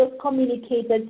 communicated